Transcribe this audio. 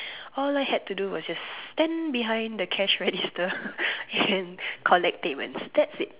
all I had to do was just stand behind the cash register and collect payments that's it